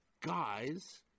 guys